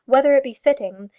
whether it be fitting.